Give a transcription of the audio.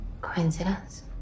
Coincidence